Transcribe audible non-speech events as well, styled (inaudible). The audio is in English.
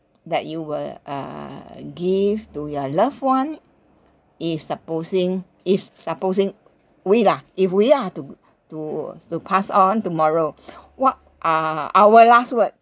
err give to your loved one if supposing if supposing we lah if we are to to pass on tomorrow (breath) what are our last word